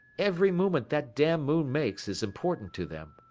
every movement that damn moon makes is important to them,